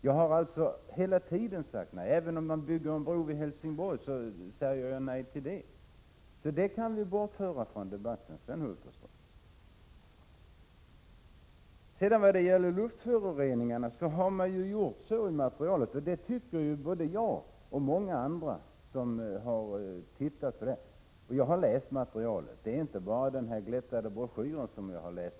Jag har alltså hela tiden sagt nej. Även om man bygger en bro vid Helsingborg säger jag nej. Så det argumentet kan vi avföra från debatten, Sven Hulterström. Jag har läst hela materialet, inte bara den glättade broschyren.